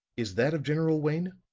is that of general wayne?